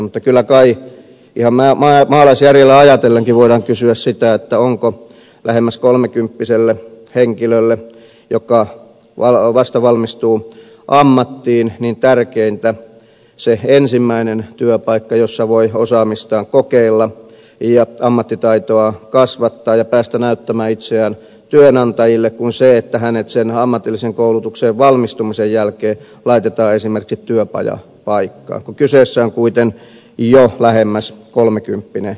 mutta kyllä kai ihan maalaisjärjellä ajatellenkin voidaan kysyä sitä onko lähemmäs kolmekymppiselle henkilölle joka vasta valmistuu ammattiin tärkeämpää se ensimmäinen työpaikka jossa voi osaamistaan kokeilla ja ammattitaitoaan kasvattaa ja päästä näyttämään itseään työnantajille kuin se että hänet sen ammatilliseen koulutukseen valmistumisen jälkeen laitetaan esimerkiksi työpajapaikkaan kun kyseessä on kuitenkin jo lähemmäs kolmekymppinen henkilö